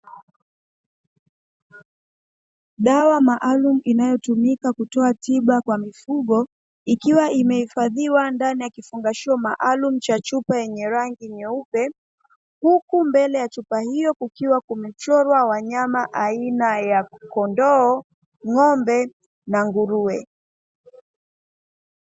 Dawa maalumu inayotumika kutoa tiba kwa mifugo ikiwa imehifadhiwa ndani ya kihifadhio maalumu cha chupa yenye rangi nyeupe huku mbele ya chupa hiyo kukiwa kumechorwa wanyama wa aina ya kondoo, ng'ombe, na nguruwe.